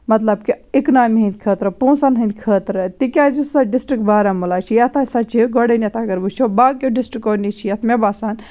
مطلب کہِ اِکنامی ہِنٛدۍ خٲطرٕ پۄنٛسَن ہٕنٛدۍ خٲطرٕ تِکیٛازِ یُس ہَسا ڈِسٹرک بارہمولا چھُ یَتھ ہَسا چھِ گۄڈٕنٮ۪تھ اَگَر وٕچھو باقیو ڈِسٹرکو نِش چھِ یَتھ مےٚ باسان